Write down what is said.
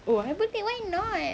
oh why not